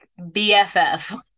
BFF